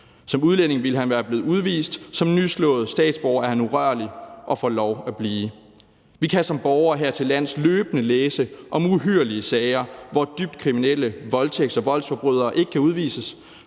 Som udlænding ville han være blevet udvist; som nyslået statsborger er han urørlig og får lov at blive. Vi kan som borgere hertillands løbende læse om uhyrlige sager, hvor dybt kriminelle voldtægts- og voldsforbrydere ikke kan udvises,